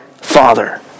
Father